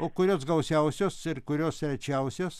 o kurios gausiausios ir kurios rečiausios